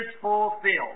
fulfilled